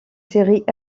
séries